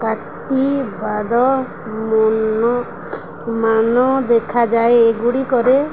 କାଟି ବାଦ ମନ ମାନ ଦେଖାଯାଏ ଏଗୁଡ଼ିକରେ